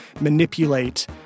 manipulate